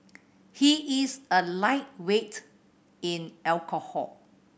he is a lightweight in alcohol